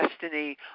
destiny